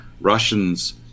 Russians